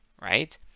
right